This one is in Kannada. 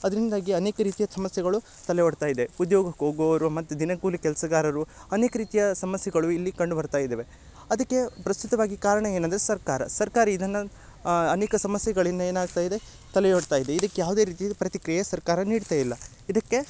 ಅದರಿಂದಾಗಿ ಅನೇಕ ರೀತಿಯ ಸಮಸ್ಯೆಗಳು ತಲೆ ಓಡ್ತಾಯಿದೆ ಉದ್ಯೋಗಕ್ಕೆ ಹೋಗೋರು ಮತ್ತು ದಿನ ಕೂಲಿ ಕೆಲಸಗಾರರು ಅನೇಕ ರೀತಿಯ ಸಮಸ್ಯೆಗಳು ಇಲ್ಲಿ ಕಂಡು ಬರ್ತಾಯಿದವೆ ಅದಕ್ಕೆ ಪ್ರಸ್ತುತವಾಗಿ ಕಾರಣ ಏನಂದರೆ ಸರ್ಕಾರ ಸರ್ಕಾರ ಇದನ್ನ ಅನೇಕ ಸಮಸ್ಯೆಗಳಿಂದ ಏನಾಗ್ತಾಯಿದೆ ತಲೆ ಒಡ್ತಾಯಿದೆ ಇದಕ್ಕೆ ಯಾವುದೇ ರೀತಿ ಪ್ರತಿಕ್ರಿಯೆ ಸರ್ಕಾರ ನೀಡ್ತಾಯಿಲ್ಲ ಇದಕ್ಕೆ